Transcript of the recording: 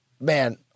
man